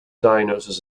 diagnosis